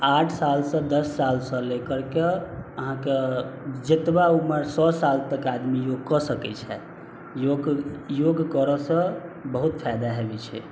आठ सालसँ दस सालसँ लेकरके अहाँके जतबा उमरसओ सालतक आदमी योग कऽ सकैत छथि योग करऽसँ बहुत फायदा होइ छै